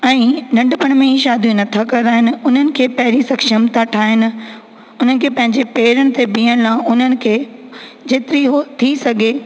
ऐं नंढपण में ई शादियूं नथा कराइनि उन्हनि खे पहिरीं सक्षम था ठाहिनि उन्हनि खे पंहिंजे पेरनि ते बिहण लाइ उन्हनि खे जेतिरी उहो थी सघे